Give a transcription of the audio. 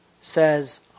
says